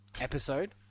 episode